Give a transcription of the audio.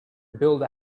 build